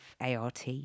ART